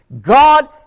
God